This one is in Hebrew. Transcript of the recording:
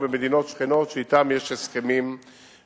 או במדינות שכנות שאתן יש הסכמים בנושא.